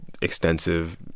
extensive